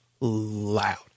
loud